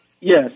Yes